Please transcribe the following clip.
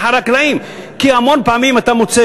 מאחורי הקלעים: כי המון פעמים אתה מוצא